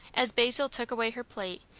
as basil took away her plate,